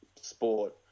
sport